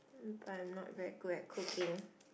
but I'm not very good at cooking